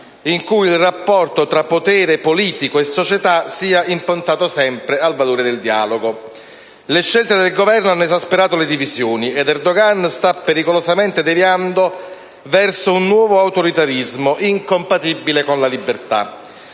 in cui il rapporto tra potere politico e società sia improntato sempre al valore del dialogo. Le scelte del Governo hanno esasperato le divisioni, ed Erdogan sta pericolosamente deviando verso un nuovo autoritarismo incompatibile con la libertà.